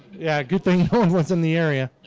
yeah, good thing home runs in the area